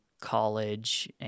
college